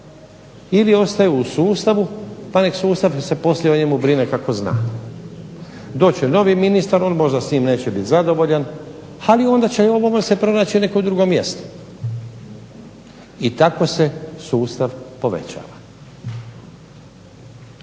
ili ostaje u sustavu pa neka se sustav poslije brine o njemu kako zna. Doći će novi ministar, on možda s njim neće biti zadovoljan ali onda će ovome se pronaći neko drugo mjesto i tako se sustav povećava.